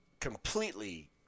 completely